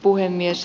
puhemies